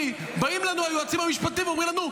כי באים אלינו היועצים המשפטיים ואומרים לנו: